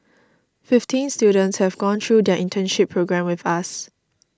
fifteen students have gone through their internship programme with us